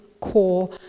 core